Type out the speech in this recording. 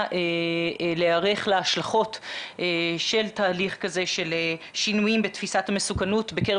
להיערך להשלכות של תהליך כזה של שינויים בתפיסת המסוכנות בקרב